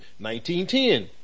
1910